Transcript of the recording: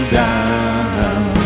down